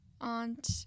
aunt